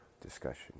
discussion